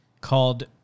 called